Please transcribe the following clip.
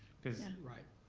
cause and right.